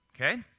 okay